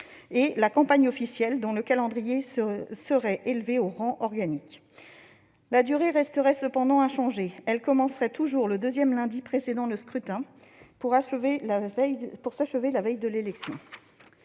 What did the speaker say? à la campagne officielle, dont le calendrier serait élevé au rang de disposition organique. Sa durée resterait cependant inchangée : elle commencerait toujours le deuxième lundi précédant le scrutin pour s'achever la veille de l'élection.